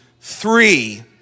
three